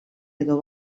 edo